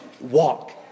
walk